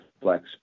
Flex